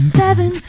seven